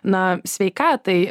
na sveikatai